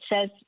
says